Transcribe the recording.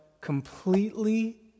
completely